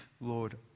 Lord